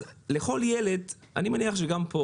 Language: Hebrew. אז לכל ילד אני מניח שגם פה